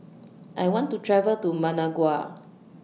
I want to travel to Managua